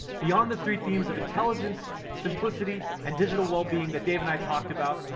beyond the three themes of intelligence, simplicity, and digital wellbeing that dave and i talked about,